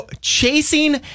chasing